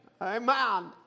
Amen